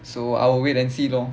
so I will wait and see lor